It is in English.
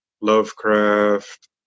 Lovecraft